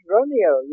Romeo